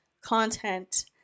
content